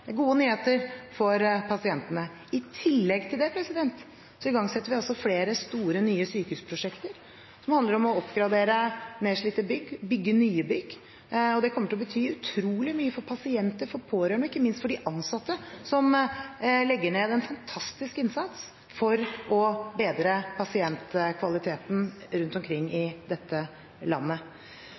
Det er gode nyheter for pasientene. I tillegg til det igangsetter vi flere store nye sykehusprosjekter, som handler om å oppgradere nedslitte bygg og bygge nye bygg. Det kommer til å bety utrolig mye for pasienter, for pårørende og ikke minst for de ansatte, som legger ned en fantastisk innsats for å bedre pasientkvaliteten rundt omkring i dette landet.